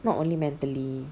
not only mentally